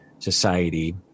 society